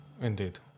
Indeed